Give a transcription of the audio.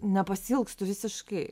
nepasiilgstu visiškai